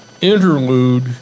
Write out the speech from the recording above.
interlude